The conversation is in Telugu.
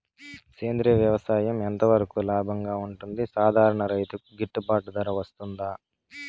సేంద్రియ వ్యవసాయం ఎంత వరకు లాభంగా ఉంటుంది, సాధారణ రైతుకు గిట్టుబాటు ధర వస్తుందా?